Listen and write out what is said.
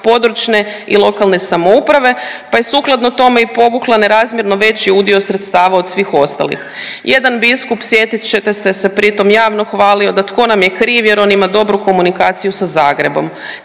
područne i lokalne samouprave, pa je sukladno tome i povukla nerazmjerno veći udio sredstava od svih ostalih. Jedan biskup sjetit ćete se, se pri tom javno hvalio da tko nam je kriv jer on ima dobru komunikaciju sa Zagrebom.